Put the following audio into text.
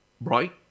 right